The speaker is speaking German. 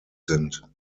sind